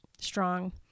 strong